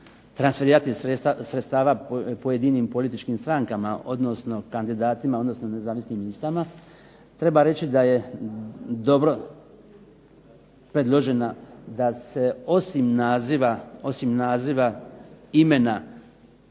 transferirati sredstva pojedinim političkim strankama odnosno kandidatima, odnosno nezavisnim listama. Treba reći da je dobro predloženo da se osim naziva imena